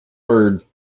word